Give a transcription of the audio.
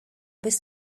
bis